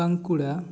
Bankura